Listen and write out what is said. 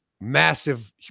massive